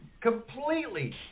completely